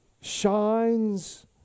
shines